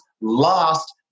last